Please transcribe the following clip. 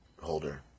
holder